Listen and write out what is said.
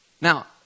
Now